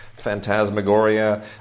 Phantasmagoria